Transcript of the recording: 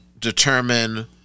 determine